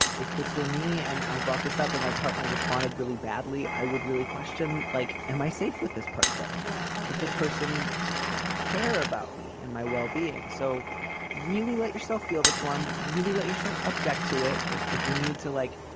if this were me and i brought this up and my partner responded really badly. i would really question like, am i safe with this person? yes. does this this person care about me and my well-being? so really let yourself feel this one, really let yourself object to it. if if you need to, like,